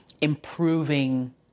improving